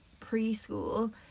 preschool